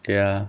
ya